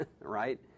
right